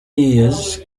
years